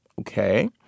okay